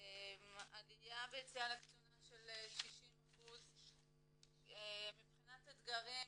עליה ביציאה לקצונה של 60%. מבחינת אתגרים,